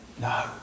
No